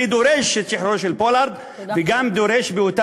אני דורש את שחרורו של פולארד,